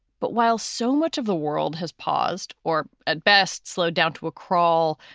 but while so much of the world has paused or at best slowed down to a crawl,